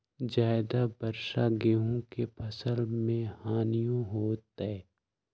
ज्यादा वर्षा गेंहू के फसल मे हानियों होतेई?